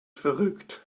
verrückt